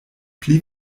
pli